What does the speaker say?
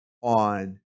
on